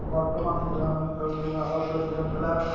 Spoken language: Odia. ବର୍ତ୍ତମାନ ପିଲାମାନେ ଖେଳୁଥିବା ଆଉଟ୍ଡ଼ୋର ଗେମ୍ ହେଲା